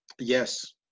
Yes